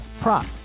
prop